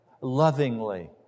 lovingly